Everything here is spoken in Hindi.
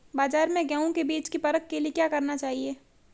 बाज़ार में गेहूँ के बीज की परख के लिए क्या करना चाहिए?